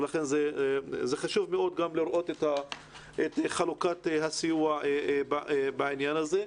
חשוב לראות גם את חלוקת הסיוע בעניין הזה.